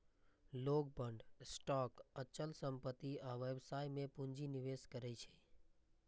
लोग bond, stock, अचल संपत्ति आ व्यवसाय मे पूंजी निवेश करै छै